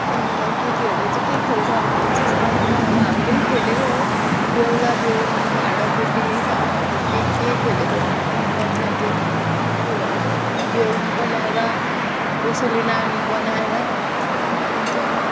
अन्त केटीहरूले चाहिँ के खेल्छ भने चाहिँ सानोमा अब हामीले पनि खेलेको हो बेहुला बेहुली भाँडाकुटी अब के के खेलेको मतलब त्यो के भन्छ बेहुली बनाएर कसैले नानी बनाएर अन्त